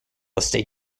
estate